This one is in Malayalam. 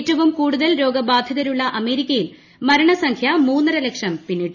ഏറ്റവും കൂടുതൽ രോഗബാധിതരുള്ള അമേരിക്കയിൽ മരണസംഖ്യ മൂന്നര ലക്ഷം പിന്നിട്ടു